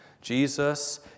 Jesus